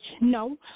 No